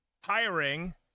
Hiring